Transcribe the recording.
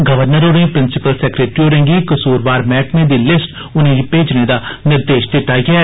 governor होरें principal secretary होरेंगी कसूरवार मैहकमें दी लिस्ट उनेंगी भेजने दा बी निर्देश दित्ते दा ऐ